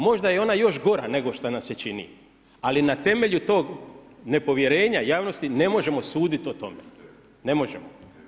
Možda je ona još gora nego što nam se čini, ali na temelju tog nepovjerenja javnosti ne možemo sudit o tome, ne možemo.